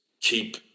keep